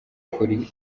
kuri